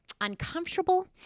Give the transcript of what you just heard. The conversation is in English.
uncomfortable